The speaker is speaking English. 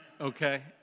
okay